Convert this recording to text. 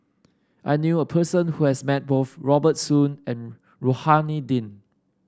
I knew a person who has met both Robert Soon and Rohani Din